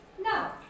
Now